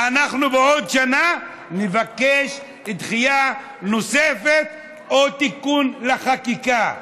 אנחנו בעוד שנה נבקש דחייה נוספת או תיקון לחקיקה.